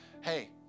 Hey